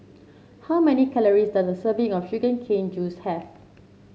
how many calories does a serving of Sugar Cane Juice have